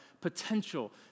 potential